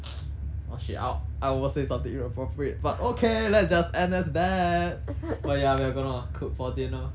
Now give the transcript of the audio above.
oh shit ou~ I want say something inappropriate but okay let's just end as that but ya we're gonna cook for dinner